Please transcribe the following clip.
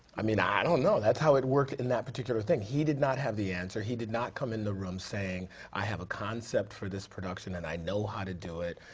i mean i don't know, that's how it worked in that particular thing. he did not have the answer. he did not come in the room saying i have a concept for this production and i know how to do it,